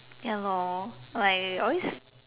ya lor like always